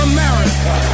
America